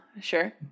sure